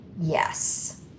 Yes